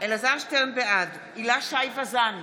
בעד הילה שי וזאן,